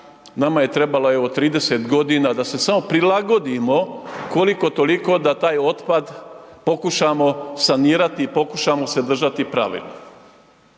nama je trebala evo 30.g. da se samo prilagodimo koliko toliko da taj otpad pokušamo sanirati i pokušamo se držati pravila.